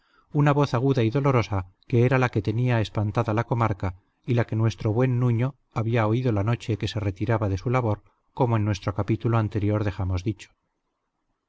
una voz aguda y dolorosa que era la que tenía espantada la comarca y la que nuestro buen nuño había oído la noche que se retiraba de su labor como en nuestro capítulo anterior dejamos dicho